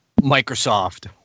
Microsoft